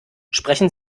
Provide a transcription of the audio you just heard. sprechen